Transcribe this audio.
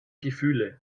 gefühle